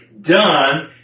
done